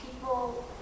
people